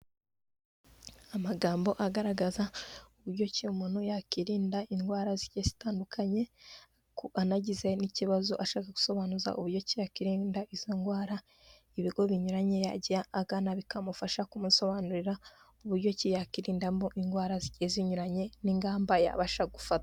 Amagambo agaragaza uburyo umuntu yakwirinda indwara zigiye zitandukanye kuburyo anagize n'ikibazo ashaka gusobanuza, uburyo ki yakwirinda izo ndwara, ibigo binyuranye yajya agana bikamufasha kumusobanurira uburyo ki yakirindamo indwara zinyuranye n'ingamba yabasha gufata.